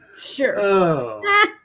Sure